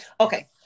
Okay